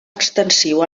extensiu